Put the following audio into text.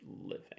living